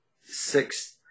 six